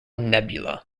nebula